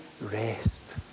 rest